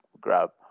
grab